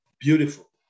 beautiful